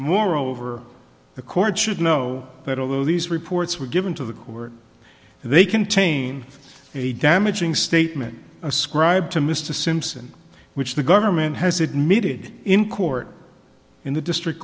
moreover the court should know that although these reports were given to the court they contain a damaging statement ascribed to mr simpson which the government has admitted in court in the district